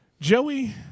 Joey